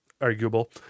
arguable